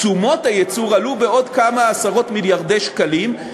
תשומות הייצור עלו בעוד כמה עשרות מיליארדי שקלים,